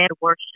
worship